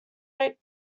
rate